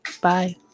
Bye